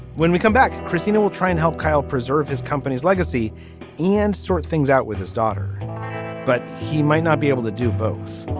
when we come back christina will try and help kyle preserve his company's legacy and sort things out with his daughter but he might not be able to do both.